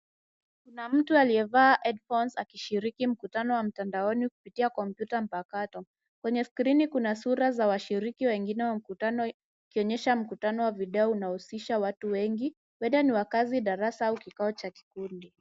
Kuna mtu aliyevaa headphones akishiriki kwenye mkutano wa mtandaoni kupitia kompyuta mpakato. Kwenye skrini kuna sura za washiriki wengine wa mkutano ikionyesha mkutano wa fideo inayohusisha watu wengi, huenda ni wa kazi, darasa au kikao cha kikundi.